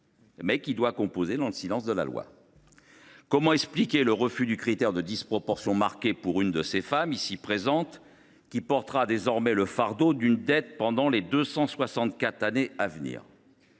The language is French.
mais qui doit composer dans le silence de la loi. Comment expliquer le refus du critère de disproportion marquée pour une de ces femmes, ici présente, qui portera désormais le fardeau d’une dette pendant les 264 années à venir ?